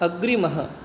अग्रिमः